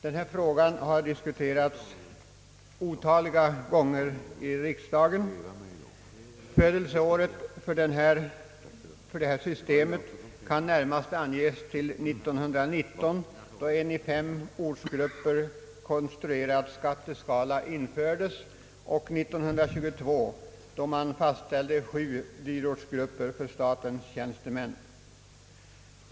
Den frågan har ju diskuterats otaliga gånger i riksdagen. Födelseåret för det statliga dyrortssystemet kan närmast anges till 1919, då en i fem ortsgrupper konstruerad skatteskala infördes, och till 1922 då man fastställde sju dyrortsgrupper för statens tjänstemän.